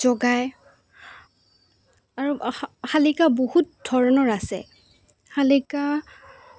যোগাই আৰু শালিকা বহুত ধৰণৰ আছে শালিকা